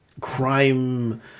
crime